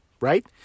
right